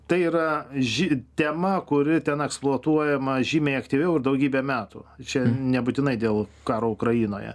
tai yra žy tema kuri ten eksploatuojama žymiai aktyviau ir daugybę metų čia nebūtinai dėl karo ukrainoje